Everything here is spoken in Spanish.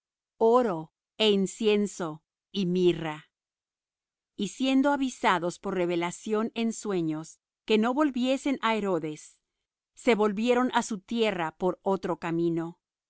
oro é incienso y mirra y siendo avisados por revelación en sueños que no volviesen á herodes se volvieron á su tierra por otro camino